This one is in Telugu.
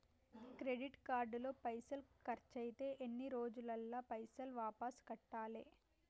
క్రెడిట్ కార్డు లో పైసల్ ఖర్చయితే ఎన్ని రోజులల్ల పైసల్ వాపస్ కట్టాలే?